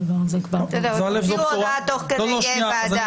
הדבר הזה כבר --- הוציאו הודעה תוך כדי הוועדה.